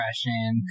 depression